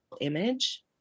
image